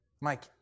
Mike